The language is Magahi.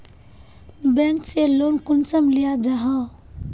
बैंक से लोन कुंसम लिया जाहा?